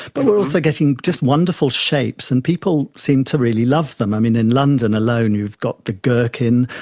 but we are also getting just wonderful shapes, and people seem to really love them. i mean, in london alone you've got the gherkin,